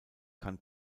kann